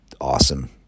awesome